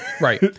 Right